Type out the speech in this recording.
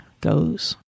goes